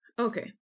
Okay